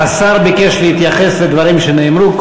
השר ביקש להתייחס לדברים שנאמרו.